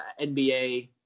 NBA